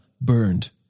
burned